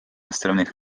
островных